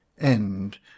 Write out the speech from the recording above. End